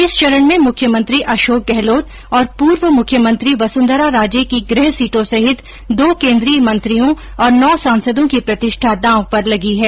इस चरण में मुख्यमंत्री अशोक गहलोत और पूर्व मुख्यमंत्री वसुंधरा राजे की गृह सीटों सहित दो केंद्रीय मंत्रियों और नौ सांसदों की प्रतिष्ठा दांव पर लगी है